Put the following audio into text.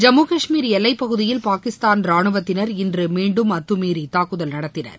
ஜம்மு காஷ்மீர் எல்லை பகுதியில் பாகிஸ்தான் ரானுவத்தினர் இன்று மீண்டும் அத்துமீறி தாக்குதல் நடத்தினர்